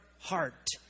heart